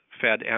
fed